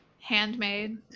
handmade